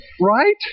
Right